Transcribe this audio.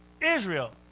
Israel